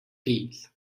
fills